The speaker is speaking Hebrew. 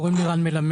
קוראים לי רן מלמד,